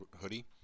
hoodie